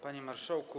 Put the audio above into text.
Panie Marszałku!